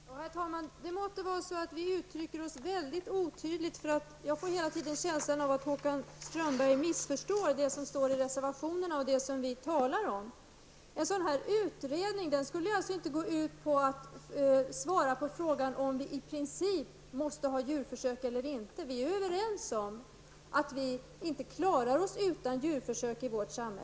Herr talman! Det måste vara så, att vi uttrycker oss mycket otydligt, eftersom jag hela tiden får känslan av att Håkan Strömberg missförstår vad som står i reservationerna och det som vi talar om. En sådan här utredning skulle alltså inte svara på frågan om vi i princip måste ha djurförsök eller ej. Vi är överens om att vi i vårt samhälle inte klarar oss utan djurförsök.